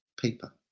paper